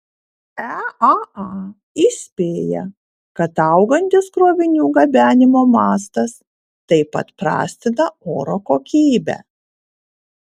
eaa įspėja kad augantis krovinių gabenimo mastas taip pat prastina oro kokybę